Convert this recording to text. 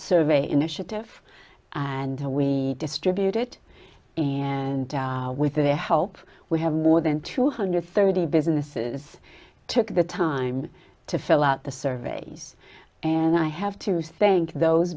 survey initiative and how we distribute it in and with their help we have more than two hundred thirty businesses took the time to fill out the surveys and i have to thank those